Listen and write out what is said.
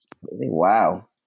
Wow